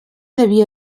devia